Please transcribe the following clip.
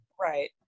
Right